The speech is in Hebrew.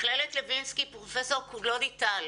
פרופסור קלודי טל